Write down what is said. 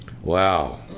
wow